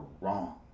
wrong